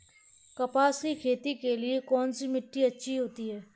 कपास की खेती के लिए कौन सी मिट्टी अच्छी होती है?